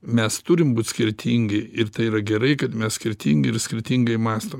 mes turim būt skirtingi ir tai yra gerai kad mes skirtingi ir skirtingai mąstome